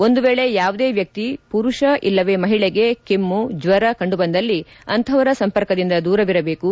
ಒಂದು ವೇಳೆ ಯಾವುದೇ ವ್ಯಕ್ತಿ ಪುರುಷ ಇಲ್ಲವೇ ಮಹಿಳೆಗೆ ಕೆಮ್ನು ಜ್ವರ ಕಂಡುಬಂದಲ್ಲಿ ಅಂತಹವರ ಸಂಪರ್ಕದಿಂದ ದೂರವಿರಬೇಕು